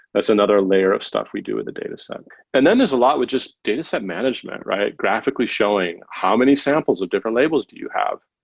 that's another layer of stuff we do with the dataset. and then there's a lot with just data set management, right? graphically showing how many samples of different labels do you have?